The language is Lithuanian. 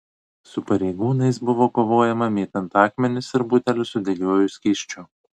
su pareigūnais buvo kovojama mėtant akmenis ir butelius su degiuoju skysčiu